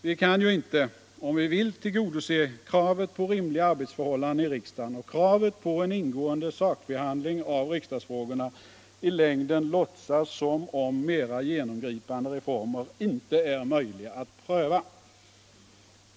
Vi kan ju inte, om vi vill tillgodose kravet på rimliga arbetsförhållanden i riksdagen och kravet på en ingående sakbehandling av riksdagsfrågorna, i längden låtsas som om mera genomgripande reformer inte är möjliga att pröva.